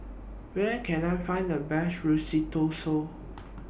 Where Can I Find The Best Risotto